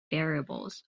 variables